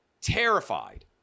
terrified